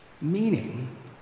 meaning